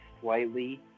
slightly